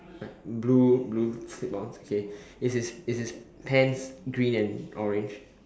like blue blue slip ons okay is his is his pants green and orange